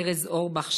ארז אורבך,